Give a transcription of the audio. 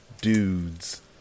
dudes